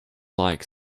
like